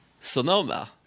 Sonoma